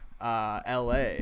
la